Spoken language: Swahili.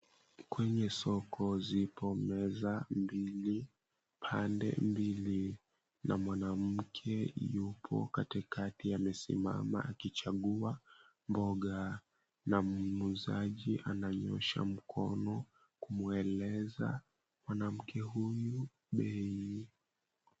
Kwenye soko zipo meza mbili pande mbili, na mwanamke yupo katikati amesimama akichagua mboga, na mnunuzi ananyosha mkono kumueleza mwanamke huyu bei.